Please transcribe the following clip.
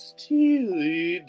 Steely